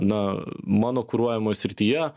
na mano kuruojamoj srityje